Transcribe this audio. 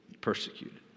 persecuted